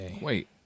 Wait